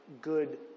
good